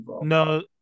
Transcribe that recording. No